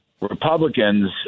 Republicans